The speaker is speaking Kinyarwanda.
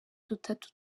dutatu